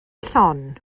llon